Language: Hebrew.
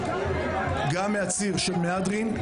גם מהציר של מהדרין,